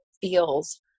feels